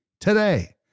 today